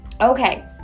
Okay